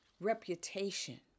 reputation